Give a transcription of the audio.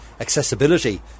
accessibility